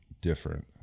different